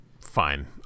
fine